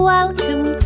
Welcome